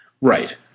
right